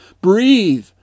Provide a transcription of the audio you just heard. Breathe